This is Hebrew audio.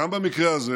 גם במקרה הזה